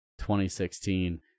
2016